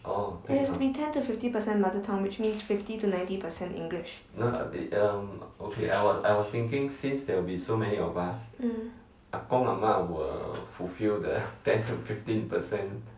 and it has to be ten to fifty percent mother tongue which means fifty to ninety percent english mm